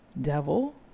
devil